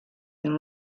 and